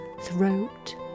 throat